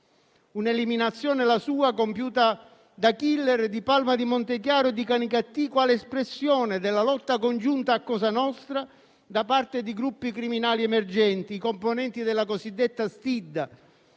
Un'eliminazione, la sua, compiuta da *killer* di Palma di Montechiaro e di Canicattì quale espressione della lotta congiunta a cosa nostra da parte di gruppi criminali emergenti, i componenti della cosiddetta stidda